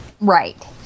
Right